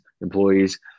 employees